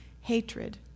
hatred